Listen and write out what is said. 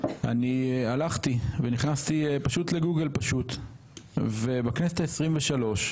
אני הלכתי ונכנסתי לגוגל ובכנסת ה-23,